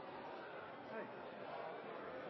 positivt at me no